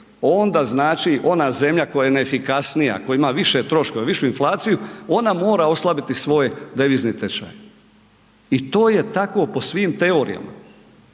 onda znači ona zemlja koja je ne efikasnija, koja ima više troškova, višu inflaciju ona mora oslabiti svoj devizni tečaj. I to je tako po svim teorijama,